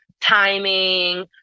timing